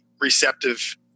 receptive